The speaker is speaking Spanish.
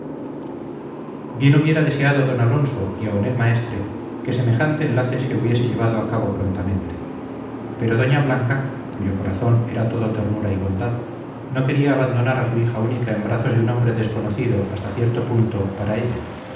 bien hubiera deseado don alonso y aun el maestre que semejante enlace se hubiese llevado a cabo prontamente pero doña blanca cuyo corazón era todo ternura y bondad no quería abandonar a su hija única en brazos de un hombre desconocido hasta cierto punto para ella